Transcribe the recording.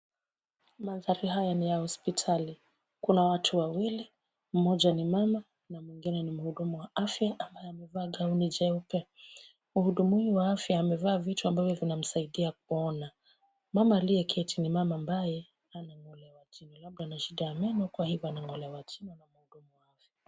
Mandhari haya ni ya hospitali. Kuna watu wawili, mmoja ni mama na mwingine ni mhudumu wa afya ambaye amevaa gauni jeupe. Mhudumu huyu wa afya amevaa vitu ambavyo vinamsaidia kuona. Mama aliyeketi ni mama ambaye amekaa chini anang'olewa jino labda ana shida ya meno kwa hivyo anang'olewa jino na mhudumu wa afya.